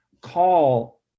call